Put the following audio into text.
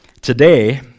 Today